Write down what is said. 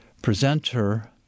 presenter